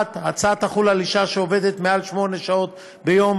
1. ההצעה תחול על אישה שעובדת מעל שמונה שעות ביום